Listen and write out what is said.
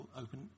open